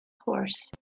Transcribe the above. horse